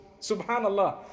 Subhanallah